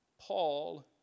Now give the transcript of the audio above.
Paul